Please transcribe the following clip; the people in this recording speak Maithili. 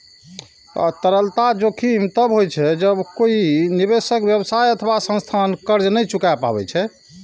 तरलता जोखिम तब होइ छै, जब कोइ निवेशक, व्यवसाय अथवा संस्थान कर्ज नै चुका पाबै छै